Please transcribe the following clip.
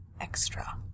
extra